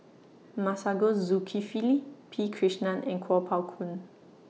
Masagos Zulkifli P Krishnan and Kuo Pao Kun